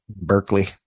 Berkeley